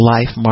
Life